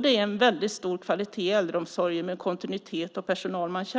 Det är en väldigt stor kvalitet i äldreomsorgen med kontinuitet och personal som de äldre